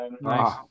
Nice